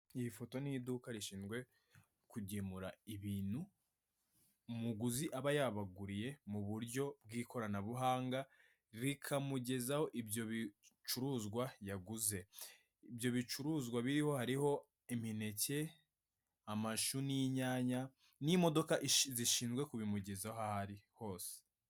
Iyi foto ni iy'iduka rishinzwe kugemura ibintu, umuguzi aba yabaguriye mu buryo bw'ikoranabuhanga, bikamugezaho ibyo bicuruzwa yaguze, ibyo bicuruzwa biriho hariho, imineke, amashu n'inyanya n'imodoka zishinzwe kubimugezaho aho ari hose.